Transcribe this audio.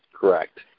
correct